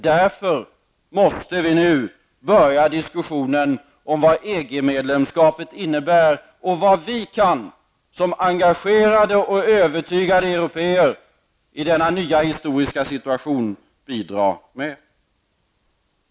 Därför måste vi nu börja diskussionen om vad EG-medlemskapet innebär och vad vi kan bidra med som engagerade och övertygade européer i den nya historiska situationen.